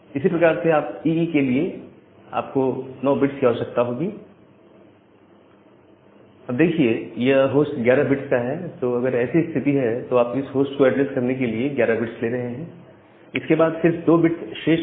इसी प्रकार से आप को ईई के लिए 9 बिट्स की आवश्यकता होगी अब देखिए यह होस्ट 11 बिट्स का है तो अगर ऐसी स्थिति है तो आप होस्ट को एड्रेस करने के लिए 11 बिट्स ले रहे हैं इसके बाद सिर्फ 2 बिट्स शेष हैं